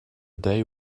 day